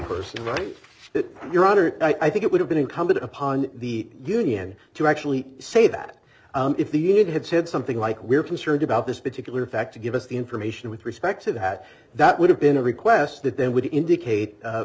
person right your honor i think it would have been incumbent upon the union to actually say that if the union had said something like we're concerned about this particular fact to give us the information with respect to that that would have been a request that then would indicate